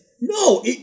No